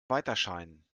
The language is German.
weiterscheinen